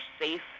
safe